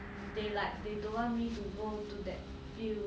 they like they don't want me to go do that field